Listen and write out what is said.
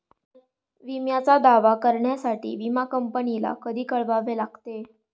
विम्याचा दावा करण्यासाठी विमा कंपनीला कधी कळवावे लागते?